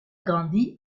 grandi